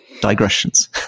digressions